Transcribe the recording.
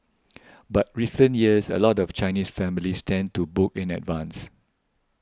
but recent years a lot of Chinese families tend to book in advance